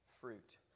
fruit